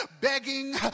begging